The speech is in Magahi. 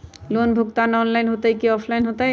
लोन भुगतान ऑनलाइन होतई कि ऑफलाइन होतई?